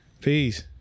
Peace